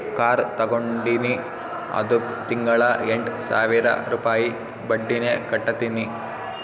car ತಗೊಂಡಿನಿ ಅದ್ದುಕ್ ತಿಂಗಳಾ ಎಂಟ್ ಸಾವಿರ ರುಪಾಯಿ ಬಡ್ಡಿನೆ ಕಟ್ಟತಿನಿ